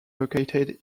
located